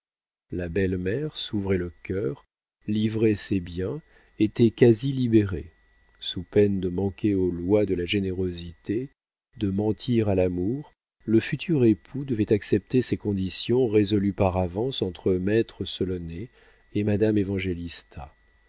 évangélista la belle-mère s'ouvrait le cœur livrait ses biens était quasi libérée sous peine de manquer aux lois de la générosité de mentir à l'amour le futur époux devait accepter ces conditions résolues par avance entre maître solonet et madame